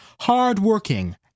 hard-working